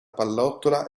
pallottola